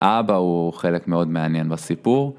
האבא הוא חלק מאוד מעניין בסיפור.